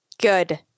good